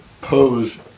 Pose